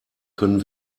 können